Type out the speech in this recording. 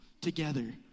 Together